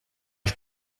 ich